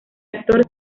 actor